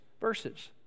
verses